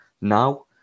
now